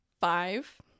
five